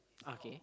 okay